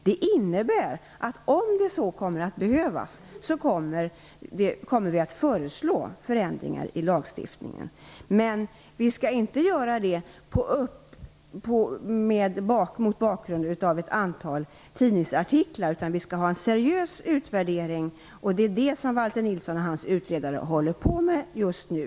Det innebär att vi kommer att föreslå förändringar i lagstiftningen om det behövs. Men vi skall inte göra det mot bakgrund av ett antal tidningsartiklar, utan efter en seriös utvärdering. Det är detta som Valter Nilsson och hans utredare håller på med just nu.